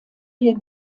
hier